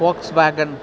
folks wagon